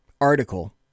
article